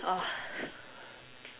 uh